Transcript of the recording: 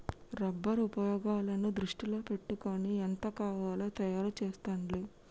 rubber ఉపయోగాలను దృష్టిలో పెట్టుకొని ఎంత కావాలో తయారు చెస్తాండ్లు